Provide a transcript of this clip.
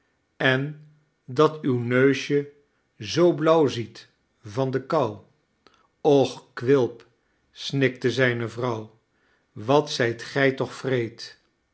en dat uw neusje zoo blauw ziet van de kou och quilp snikte zijne vrouw wat zijt gij toch wreed